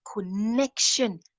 connection